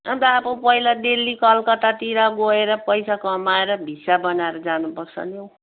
अनि त अब पहिला दिल्ली कोलकातातिर गएर पैसा कमाएर भिसा बनाएर जानुपर्छ नि हौ